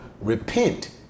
repent